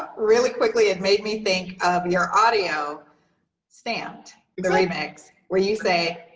really quickly it made me think of your audio stamped remix where you say,